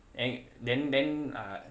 and then then uh